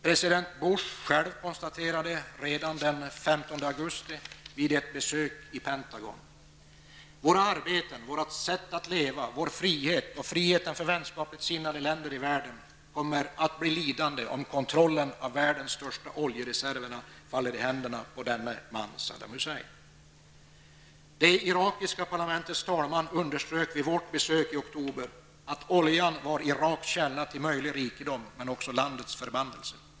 President Bush själv konstaterade redan den 15 augusti vid ett besök i Pentagon att: ''Våra arbeten, vårt sätt att leva, vår egen frihet och friheten för vänskapligt sinnade länder i världen kommer att bli lidande om kontrollen av världens största oljereserver faller i händerna på denne ende man, Det irakiska parlamentets talman underströk vid vårt besök i oktober att oljan var Iraks källa till möjlig rikedom, men också landets förbannelse.